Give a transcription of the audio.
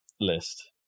list